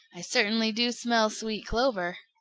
i certainly do smell sweet clover!